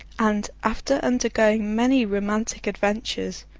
and, after undergoing many romantic adventures,